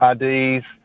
IDs